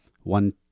one